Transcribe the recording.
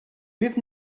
beth